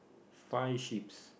five sheep's